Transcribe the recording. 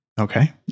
Okay